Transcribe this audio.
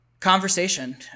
conversation